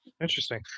Interesting